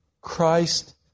Christ